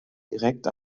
direkt